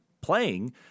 playing